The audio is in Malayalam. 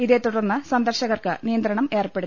ഇതേതുടർന്ന് സന്ദർശകർക്ക് നിയന്ത്രണം ഏർപ്പെടുത്തി